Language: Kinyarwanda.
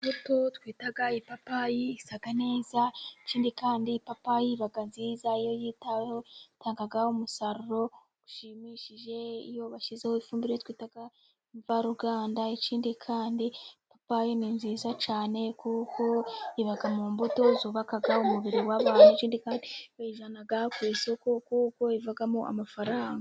Imbuto twita ipapayi isa neza ,ikindi kandi ipapayi iba nziza iyo yitaweho itanga umusaruro ushimishije iyo bashyizeho ifumbire twita imvaruganda, ikindi kandi ipapaye ni nziza cyane kuko iba mu mbuto zubaka umubiri w'abantu, ikindi kandi bayijyana ku isoko kuko ivamo amafaranga.